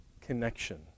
connection